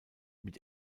mit